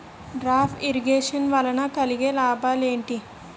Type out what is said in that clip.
Drip irrigation వల్ల కలిగే లాభాలు ఏంటి?